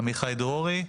עמיחי דרורי,